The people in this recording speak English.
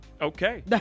Okay